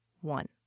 one